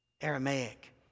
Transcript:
Aramaic